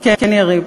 כן, יריב.